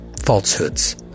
falsehoods